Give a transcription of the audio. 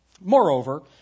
Moreover